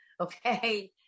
okay